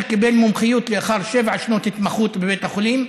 שקיבל מומחיות לאחר שבע שנות התמחות בבית החולים,